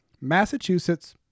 Massachusetts